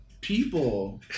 people